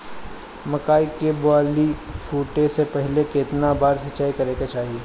मकई के बाली फूटे से पहिले केतना बार सिंचाई करे के चाही?